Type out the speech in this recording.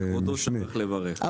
כבודו שכח לברך.